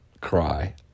cry